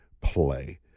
play